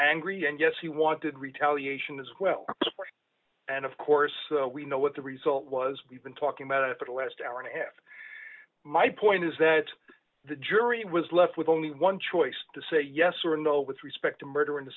angry and yes he wanted retaliation as well and of course we know what the result was we've been talking about a little last hour and a half my point is that the jury was left with only one choice to say yes or no with respect to murder in the